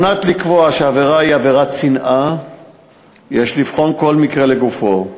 כדי לקבוע שהעבירה היא עבירת שנאה יש לבחון כל מקרה לגופו,